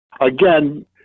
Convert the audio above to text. Again